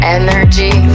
energy